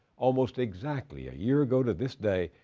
almost exactly a year ago to this day,